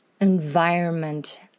environment